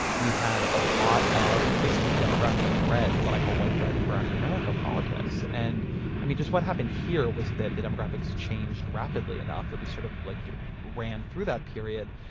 we had a lot of basically demographic threat, what i call white threat in browning america politics and i mean just what happened here was that the demographics changed rapidly enough that we sort of like ran through that period.